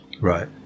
right